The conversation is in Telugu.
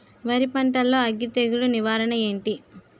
వరి పంటలో అగ్గి తెగులు నివారణ ఏంటి?